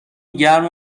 گرم